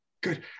good